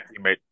teammate